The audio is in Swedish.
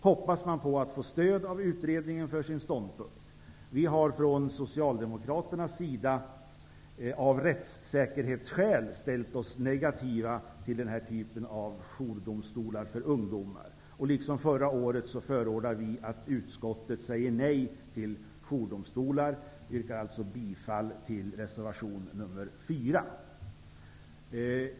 Hoppas man på att få stöd av utredningen för sin ståndpunkt? Vi socialdemokrater har av rättssäkerhetsskäl ställt oss negativa till den här typen av jourdomstolar för ungdomar. Liksom förra året förordar vi att utskottet säger nej till jourdomstolar. Jag yrkar alltså bifall till reservation nr 4.